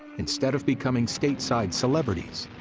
instead of becoming stateside celebrities,